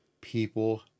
people